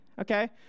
okay